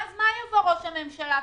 ואז מה יגיד ראש הממשלה?